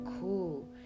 cool